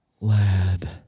Lad